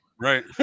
Right